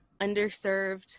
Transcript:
underserved